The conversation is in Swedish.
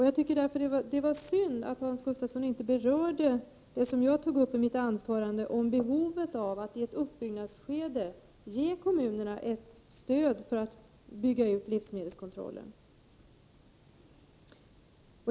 Jag tycker att det var synd att Hans Gustafsson inte berörde det som jag tog upp i mitt anförande om behovet av att i ett uppbyggnadsskede ge kommunerna ett stöd för att bygga ut livsmedelskontrollen.